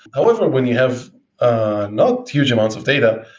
however, when you have not huge amounts of data,